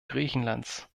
griechenlands